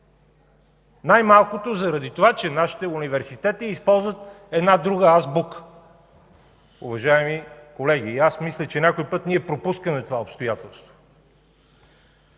Най-малкото заради това, че нашите университети използват една друга азбука. Уважаеми колеги, мисля, че някой път пропускаме това обстоятелство.